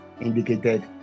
indicated